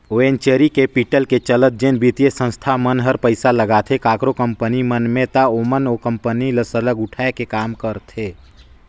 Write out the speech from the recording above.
venture capital के चलत जेन बित्तीय संस्था मन हर पइसा लगाथे काकरो कंपनी मन में ता ओमन ओ कंपनी ल सरलग उठाए के काम करथे